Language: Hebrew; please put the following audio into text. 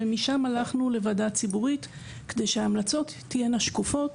ומשם הלכנו לוועדה ציבורית כדי שההמלצות תהיינה שקופות,